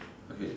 okay